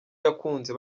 yakunze